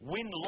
Win